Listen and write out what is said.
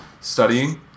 studying